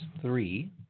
three